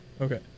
Okay